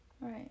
Right